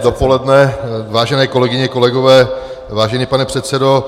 Hezké dopoledne, vážené kolegyně, kolegové, vážený pane předsedo.